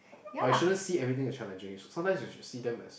but you shouldn't see everything as challenging sometimes you should see them as